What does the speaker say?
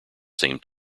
same